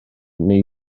neu